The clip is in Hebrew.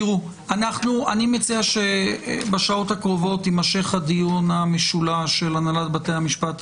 אני מציע שבשעות הקרובות יימשך הדיון המשולש של הנהלת בתי המשפט,